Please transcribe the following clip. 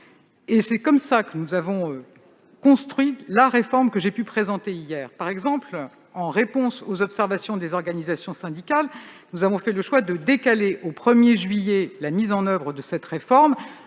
C'est ainsi que nous avons construit la réforme que j'ai présentée hier. Par exemple, en réponse aux observations des organisations syndicales, nous avons fait le choix de décaler au 1 juillet prochain la mise en oeuvre de cette réforme,